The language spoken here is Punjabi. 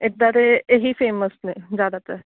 ਇੱਧਰ ਇਹ ਇਹੀ ਫੇਮਸ ਨੇ ਜ਼ਿਆਦਾਤਰ